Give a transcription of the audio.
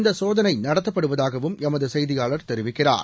இந்த சோதனை நடத்தப்படுவதாகவும் எமது செய்தியாளர் தெரிவிக்கிறார்